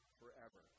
forever